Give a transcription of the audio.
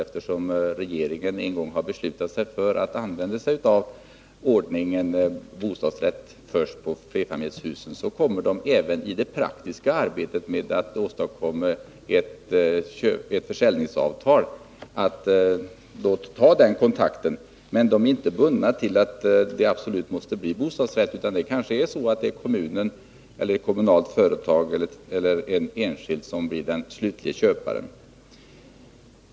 Eftersom regeringen en gång har beslutat sig för att använda bostadsrätt för fritidshus, kommer man i det praktiska arbetet med att åstadkomma ett försäljningsavtal att ta sådan kontakt. Men man är inte absolut bunden vid att det skall vara bostadsrätt, utan det är kanske kommunen eller ett kommunalt företag eller en enskild som blir den slutlige köparen.